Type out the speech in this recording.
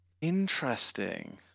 Interesting